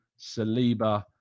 Saliba